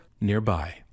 nearby